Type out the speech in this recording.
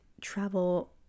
travel